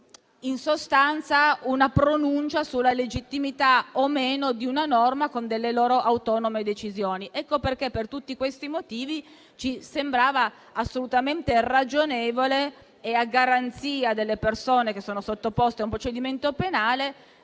in sostanza, una pronuncia sulla legittimità o meno di una norma con delle loro autonome decisioni. Per tutti questi motivi, ci sembrava assolutamente ragionevole, a garanzia delle persone sottoposte a un procedimento penale,